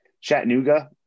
Chattanooga